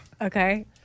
Okay